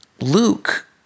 Luke